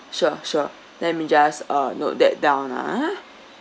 sure sure let me just uh note that down ah